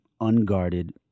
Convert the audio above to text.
unguarded